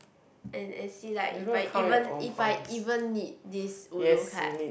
and and see like if I even if I even need this ulu card